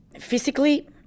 Physically